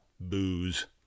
booze